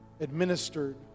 administered